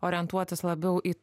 orientuotis labiau į